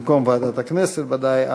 במקום בוועדת הכנסת ודאי,